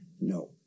no